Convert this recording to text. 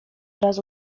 razu